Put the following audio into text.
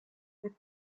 with